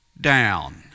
down